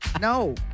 No